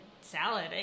salad